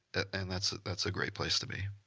and that's that's a great place to be.